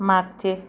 मागचे